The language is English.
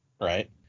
Right